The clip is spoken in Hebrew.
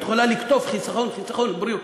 את יכולה לקטוף חיסכון בבריאות.